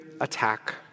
attack